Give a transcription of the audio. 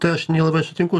tai aš nelabai sutinku